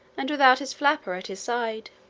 and without his flapper at his side.